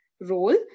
role